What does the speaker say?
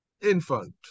infant